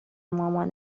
مامان